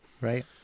Right